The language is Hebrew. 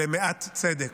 למעט צדק,